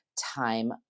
time